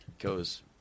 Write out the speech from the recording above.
goes